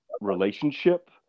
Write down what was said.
relationship